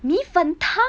米粉汤